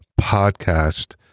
podcast